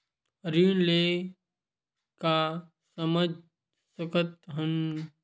ऋण ले का समझ सकत हन?